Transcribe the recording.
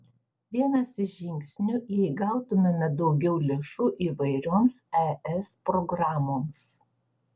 vienas iš žingsnių jei gautumėme daugiau lėšų įvairioms es programoms